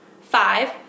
Five